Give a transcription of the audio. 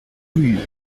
rue